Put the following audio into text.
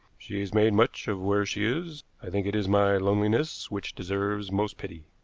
she is made much of where she is. i think it is my loneliness which deserves most pity.